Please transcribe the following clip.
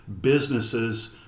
businesses